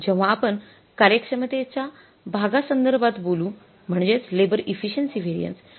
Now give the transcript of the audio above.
जेव्हा आपण कार्यक्षमतेच्या भाग संदर्भात बोलू म्हणजेच लेबर इफिसिएन्सी व्हेरिएन्स